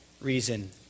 reason